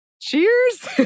cheers